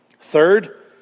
Third